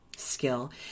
skill